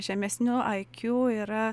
žemesniu ai kju yra